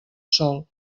sòl